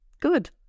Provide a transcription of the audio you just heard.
good